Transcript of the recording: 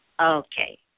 Okay